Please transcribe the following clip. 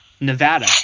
Nevada